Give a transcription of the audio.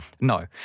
No